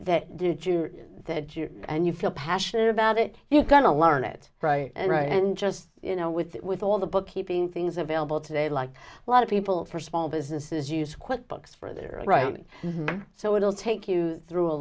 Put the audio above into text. you and you feel passionate about it you gonna learn it right and right and just you know with it with all the book keeping things available today like a lot of people for small businesses use quick books for their writing so it will take you through a